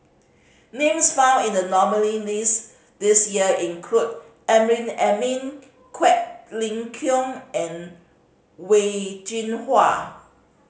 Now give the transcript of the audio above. names found in the nominee list this year include Amrin Amin Quek Ling Kiong and Wen Jinhua